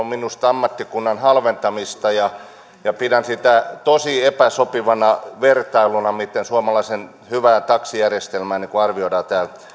minusta ammattikunnan halventamista ja ja pidän sitä tosi epäsopivana vertailuna miten suomalaista hyvää taksijärjestelmää arvioidaan